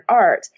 Art